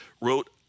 wrote